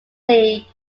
league